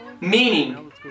Meaning